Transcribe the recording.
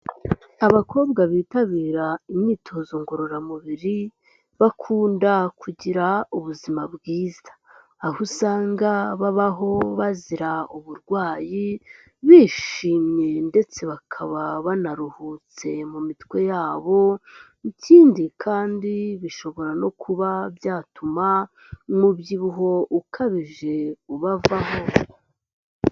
Abakobwa bitabira imyitozo ngororamubiri bakunda kugira ubuzima bwiza, aho usanga babaho bazira uburwayi bishimye ndetse bakaba banaruhutse mu mitwe yabo, ikindi kandi bishobora no kuba byatuma umubyibuho ukabije ubavaho.